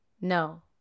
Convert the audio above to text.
No